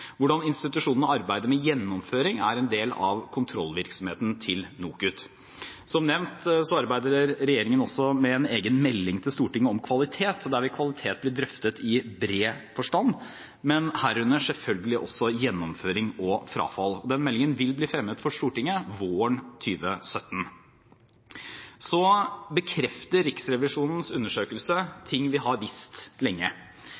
Hvordan institusjonene arbeider med gjennomføring, er en del av kontrollvirksomheten til NOKUT. Som nevnt arbeider regjeringen også med en egen melding til Stortinget om kvalitet, der kvalitet blir drøftet i bred forstand, men herunder selvfølgelig også gjennomføring og frafall. Den meldingen vil bli fremmet for Stortinget våren 2017. Så bekrefter Riksrevisjonens undersøkelse ting vi har visst lenge.